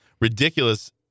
ridiculous